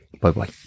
Bye-bye